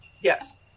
Yes